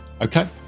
okay